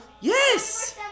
Yes